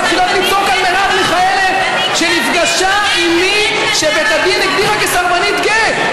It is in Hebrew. מתחילות לצעוק על מרב מיכאלי שנפגשה עם מי שבית הדין הגדיר כסרבנית גט.